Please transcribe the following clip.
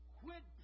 quit